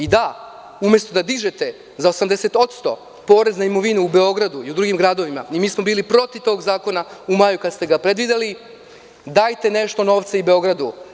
Umesto da dižete za 80 odsto porez na imovinu u Beogradu i u drugim gradovima i mi smo bili protiv tog zakona u maju kada ste ga predvideli, dajte nešto novca i Beogradu.